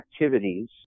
activities